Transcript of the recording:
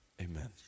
amen